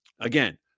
Again